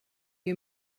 you